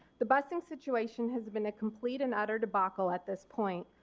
the bussing situation has been a complete and utter debacle at this point.